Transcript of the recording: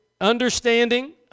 understanding